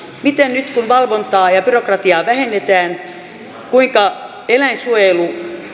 miten nyt kun valvontaa ja byrokratiaa vähennetään eläinsuojelun